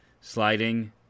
Sliding